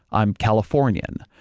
i'm californian.